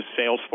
Salesforce